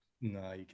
No